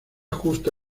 justo